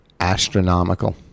astronomical